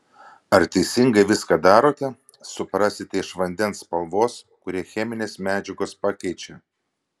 ar teisingai viską darote suprasite iš vandens spalvos kurią cheminės medžiagos pakeičia